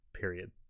Period